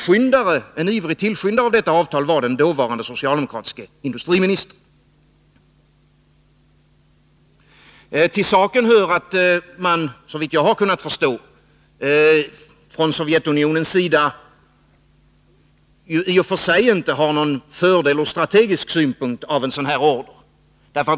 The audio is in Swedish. En ivrig tillskyndare av detta avtal var den dåvarande socialdemokratiske industriministern. Till saken hör att Sovjetunionen, såvitt jag förstår, ur strategisk synpunkt i och för sig inte har någon fördel av en sådan order.